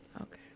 Okay